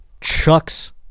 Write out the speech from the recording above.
chucks